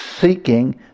seeking